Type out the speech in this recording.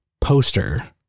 poster